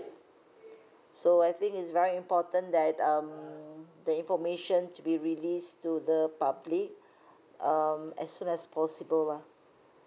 so I think it's very important that um the information to be released to the public um as soon as possible lah